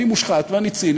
אני מושחת ואני ציני,